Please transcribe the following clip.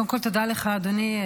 לך, אדוני,